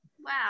wow